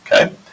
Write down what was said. okay